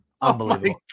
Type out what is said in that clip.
Unbelievable